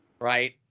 Right